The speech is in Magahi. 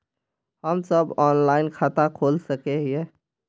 हम सब ऑनलाइन खाता खोल सके है?